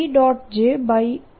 JVolumeના બરાબર છે